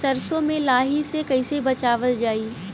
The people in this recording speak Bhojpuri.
सरसो में लाही से कईसे बचावल जाई?